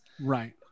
Right